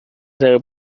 ذره